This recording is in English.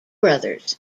brothers